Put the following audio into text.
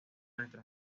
nuestra